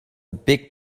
big